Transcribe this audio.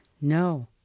No